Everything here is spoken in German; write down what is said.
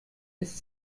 ist